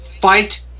fight